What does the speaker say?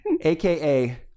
aka